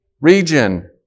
region